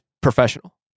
professional